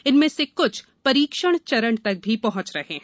इनमें से कृछ परीक्षण चरण तक भी पहंच रहे हैं